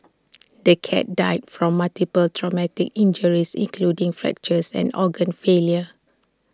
the cat died from multiple traumatic injuries including fractures and organ failure